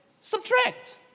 subtract